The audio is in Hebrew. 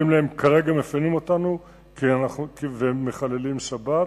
אומרים להם: כרגע מפנים אותנו והם מחללים שבת.